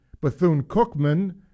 Bethune-Cookman